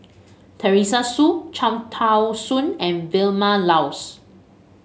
Teresa Hsu Cham Tao Soon and Vilma Laus